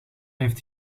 heeft